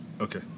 Okay